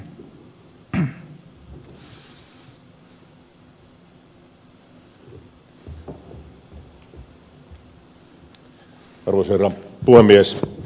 arvoisa herra puhemies